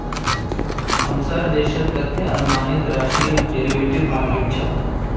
हमसार देशत कतते अनुमानित राशिर डेरिवेटिव मार्केट छ